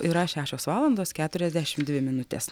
yra šešios valandos keturiasdešim dvi minutės